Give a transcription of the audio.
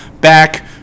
back